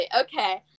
okay